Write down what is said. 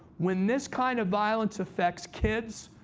when this kind of violence affects kids,